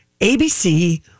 ABC